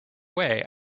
way